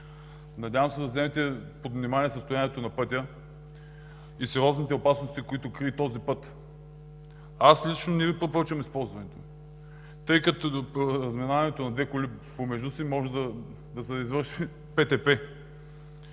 Надявам се да вземете под внимание състоянието на пътя и сериозните опасности, които крие. Аз лично не Ви препоръчвам използването му, тъй като при разминаването на две коли може да се извърши